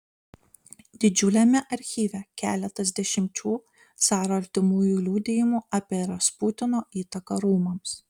didžiuliame archyve keletas dešimčių caro artimųjų liudijimų apie rasputino įtaką rūmams